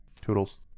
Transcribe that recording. Toodles